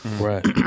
Right